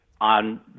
on